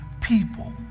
people